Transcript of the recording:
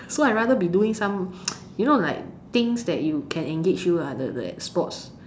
so I rather be doing some you know like things that you can engage you lah the the like sports